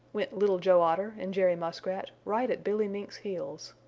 went little joe otter and jerry muskrat, right at billy mink's heels.